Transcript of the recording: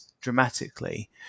dramatically